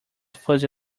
fuzzy